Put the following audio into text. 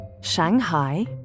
Shanghai